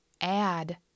add